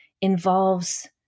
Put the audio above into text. involves